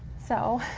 so,